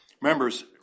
members